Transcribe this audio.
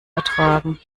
ertragen